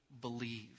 believe